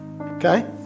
okay